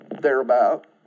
thereabout